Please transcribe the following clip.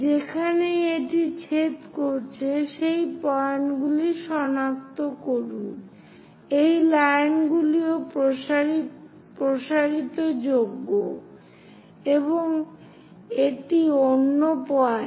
যেখানেই এটি ছেদ করছে সেই পয়েন্টগুলি সনাক্ত করুন এই লাইনগুলিও প্রসারিতযোগ্য এবং এটি অন্য পয়েন্ট